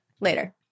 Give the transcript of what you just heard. later